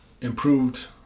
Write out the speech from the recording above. improved